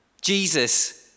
Jesus